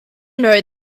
know